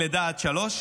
גיל לידה עד שלוש,